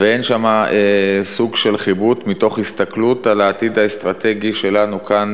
ואין שם סוג של כיבוד מתוך הסתכלות על העתיד האסטרטגי שלנו כאן,